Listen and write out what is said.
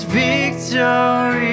victory